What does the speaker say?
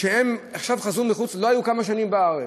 שהם לא היו כמה שנים בארץ.